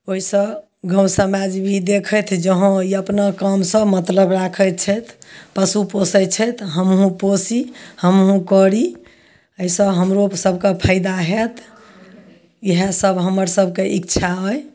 ओइसँ गाँव समाज भी देखथि जे ई अपना कामसँ मतलब राखय छथि पशु पोसय छथि हमहूँ पोसी हमहूँ करी अइसँ हमरो सबके फायदा होयत इएह सब हमर सबके इच्छा अइ